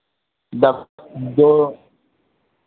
बस दो